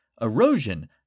Erosion